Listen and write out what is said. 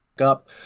up